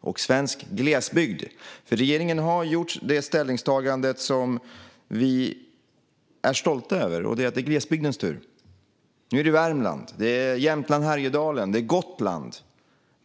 och svensk glesbygd. Regeringen har gjort det ställningstagandet, och det är vi stolta över. Det är glesbygdens tur nu. Det är Värmlands, Jämtlands, Härjedalens och Gotlands tur.